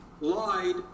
lied